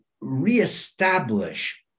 reestablish